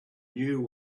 knew